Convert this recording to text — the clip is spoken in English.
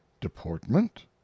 deportment